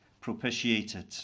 propitiated